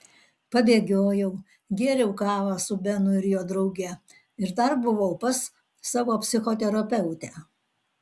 pabėgiojau gėriau kavą su benu ir jo drauge ir dar buvau pas savo psichoterapeutę